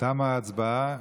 תמה ההצבעה.